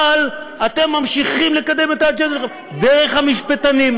אבל אתם ממשיכים לקדם את האג'נדות שלכם דרך המשפטנים.